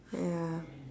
ya